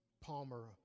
Palmer